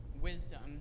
wisdom